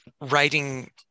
writing